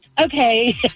Okay